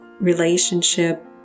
relationship